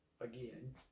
Again